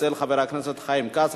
אצל חבר הכנסת חיים כץ,